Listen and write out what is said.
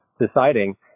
deciding